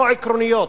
לא עקרוניות,